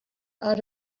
out